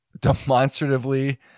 demonstratively